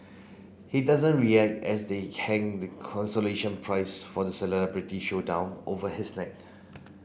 he doesn't react as they hang the consolation prize for the celebrity showdown over his neck